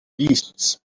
beasts